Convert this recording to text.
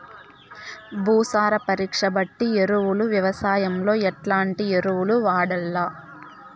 భూసార పరీక్ష బట్టి ఎరువులు వ్యవసాయంలో ఎట్లాంటి ఎరువులు వాడల్ల?